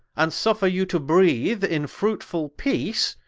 and suffer you to breath in fruitfull peace,